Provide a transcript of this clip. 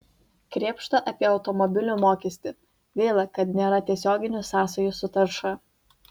krėpšta apie automobilių mokestį gaila kad nėra tiesioginių sąsajų su tarša